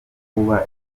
kubaka